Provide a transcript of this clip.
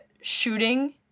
shooting